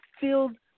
Filled